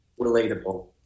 relatable